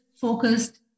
focused